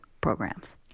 programs